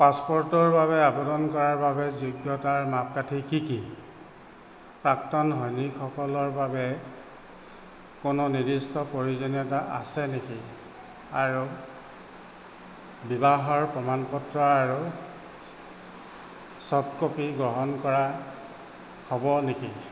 পাছপ'ৰ্টৰ বাবে আবেদন কৰাৰ বাবে যোগ্যতাৰ মাপকাঠি কি কি প্ৰাক্তন সৈনিকসকলৰ বাবে কোনো নিৰ্দিষ্ট প্ৰয়োজনীয়তা আছে নেকি আৰু বিবাহৰ প্ৰমাণপত্ৰ আৰু চফ্ট ক'পি গ্ৰহণ কৰা হ'ব নেকি